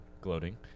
gloating